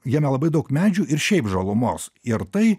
jame labai daug medžių ir šiaip žalumos ir tai